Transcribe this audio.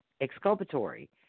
exculpatory